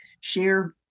share